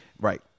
Right